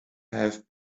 have